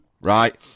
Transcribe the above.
right